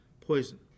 poison